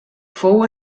fou